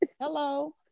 Hello